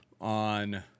on